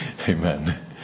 Amen